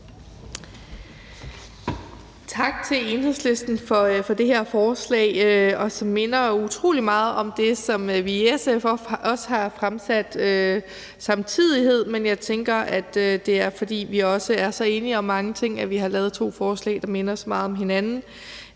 Tak til Enhedslisten for det her forslag, som jo minder utrolig meget om det, som vi i SF har fremsat for nylig. Jeg tænker, at det er, fordi vi er så enige om mange ting, at vi har lavet to forslag, der minder så meget om hinanden.